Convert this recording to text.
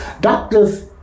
Doctors